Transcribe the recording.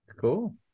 cool